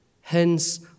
Hence